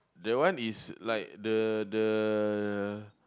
that one is like the the